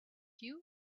you